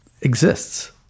exists